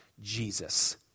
Jesus